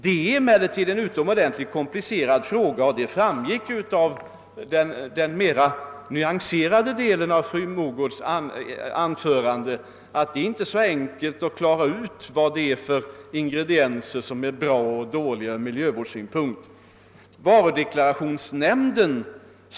Det är emellertid en utomordentligt komplicerad fråga; det framgick ju av den mera nyanserade delen av fru Mogårds anförande att det inte är så enkelt att klara ut vilka ingredienser som är bra eller dåliga från miljövårdssynpunkt.